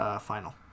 final